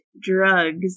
drugs